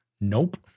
Nope